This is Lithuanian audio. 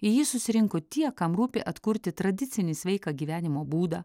į jį susirinko tie kam rūpi atkurti tradicinį sveiką gyvenimo būdą